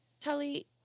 Tully